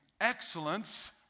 excellence